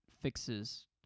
fixes